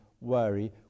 worry